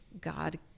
God